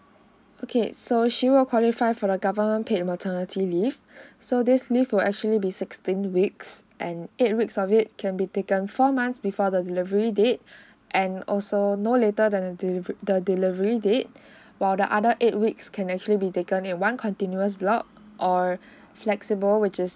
okay so she will qualify for the government paid maternity leave so this leave will actually be sixteen weeks and eight weeks of it can be taken four months before the delivery date and also no later then the delivery the delivery date while the other eight weeks can actually be taken at one continuous block or flexible